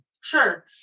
Sure